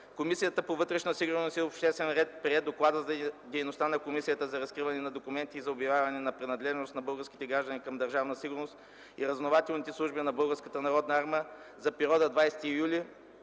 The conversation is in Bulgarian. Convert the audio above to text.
Комисията по вътрешна сигурност и обществен ред прие Доклада за дейността на Комисията за разкриване на документите и за обявяване на принадлежност на български граждани към Държавна сигурност и разузнавателните служби на Българската народна армия за периода 20 юли